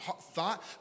thought